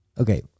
Okay